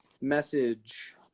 message